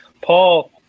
Paul